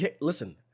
Listen